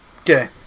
Okay